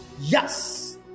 Yes